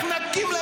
לא, אתה לא תקים.